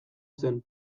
zen